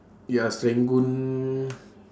ya serangoon